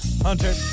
Hunter